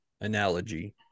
analogy